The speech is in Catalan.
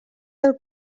del